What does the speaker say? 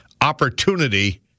Opportunity